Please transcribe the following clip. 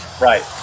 Right